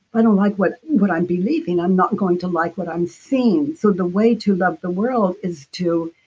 i don't like what what i'm believing, i'm not going to like what i'm seeing. so the way to love the world is to,